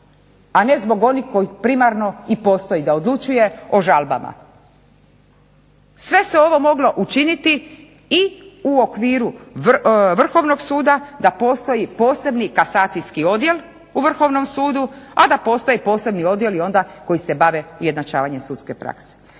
onih koji onih kojih primarno i postoji da odlučuje o žalbama. Sve se ovo moglo učiniti i u okviru Vrhovnog suda da postoji posebni kasacijski odjel u Vrhovnom sudu, a da postoje posebni odjeli koji se bave ujednačavanjem sudske prakse.